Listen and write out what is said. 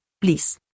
please